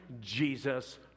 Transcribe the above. Jesus